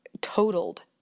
totaled